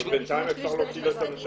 אבל בינתיים אפשר להוציא לו את הנשמה.